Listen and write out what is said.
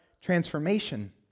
transformation